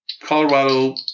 Colorado